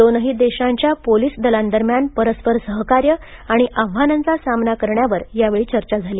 दोनही देशांच्या पोलीस दलांदरम्यान परस्पर सहकार्य आणि आव्हानांचा सामना करण्यावर यावेळी चर्चा झाली